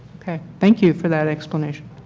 thank you for that explanation.